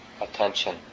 attention